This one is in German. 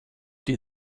die